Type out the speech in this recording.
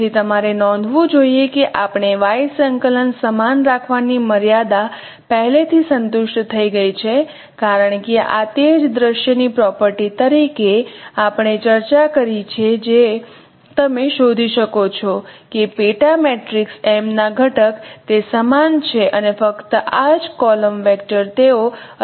તેથી તમારે નોંધવું જોઈએ કે આપણે y સંકલન સમાન રાખવાની મર્યાદા પહેલાથી સંતુષ્ટ થઈ ગઈ છે કારણ કે આ તે જ દૃશ્યની પ્રોપર્ટી તરીકે આપણે ચર્ચા કરી છે તે તમે શોધી શકો છો કે પેટા મેટ્રિક્સ m ના ઘટક તે સમાન છે અને ફક્ત આ જ કોલમ વેક્ટર તેઓ અલગ છે